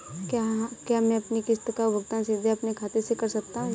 क्या मैं अपनी किश्त का भुगतान सीधे अपने खाते से कर सकता हूँ?